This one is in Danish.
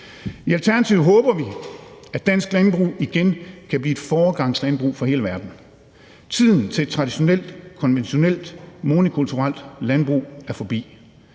I Alternativet håber vi, at dansk landbrug igen kan blive et foregangslandbrug for hele verden. Tiden med et traditionelt, konventionelt, monokulturelt landbrug er forbi,